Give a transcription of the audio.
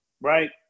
Right